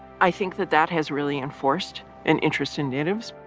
i think that that has really enforced an interest in natives.